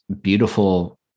beautiful